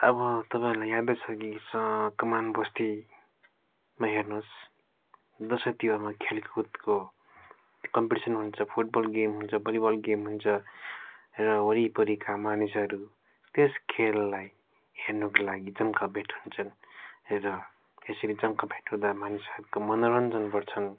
अब तपाईँहरूलाई यादै छ कि कमान बस्तीमा हेर्नोस् दसैँ तिहारमा खेलकुदको कम्पिटिसन हुन्छ फुटबल गेम हुन्छ भलिबल गेम हुन्छ र वरिपरिका मानिसहरू त्यस खेललाई हेर्नका लागि जम्काभेट हुन्छन् र यसरी जम्काभेट हुँदा मानिसहरूका मनोरञ्जन बढ्छन्